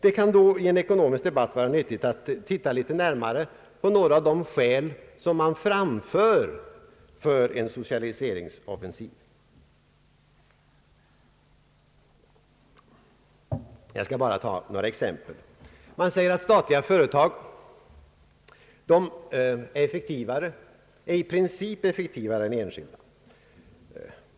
Det kan då vara skäl att se litet närmare på några av de skäl som förs fram för en sådan socialiseringsoffensiv. Jag skall bara ta några exempel. Man säger att statliga företag i princip är effektivare än enskilda.